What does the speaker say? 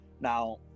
Now